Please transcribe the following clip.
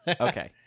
okay